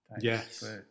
Yes